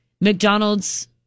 mcdonald's